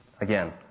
Again